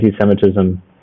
anti-Semitism